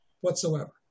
whatsoever